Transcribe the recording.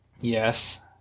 Yes